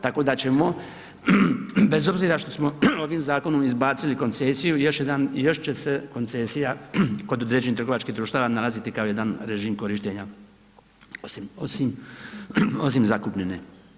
Tako da ćemo bez obzira što smo ovim zakonom izbacili koncesiju još će se koncesija kod određenih trgovačkih društava nalazi kao jedan režim korištenja osim zakupnine.